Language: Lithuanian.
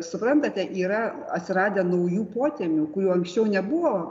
suprantate yra atsiradę naujų potemių kurių anksčiau nebuvo